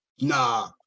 nah